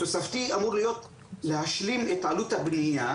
התוספתי אמור להשלים את עלות הבנייה,